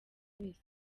wese